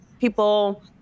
people